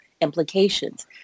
implications